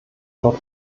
dort